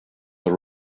the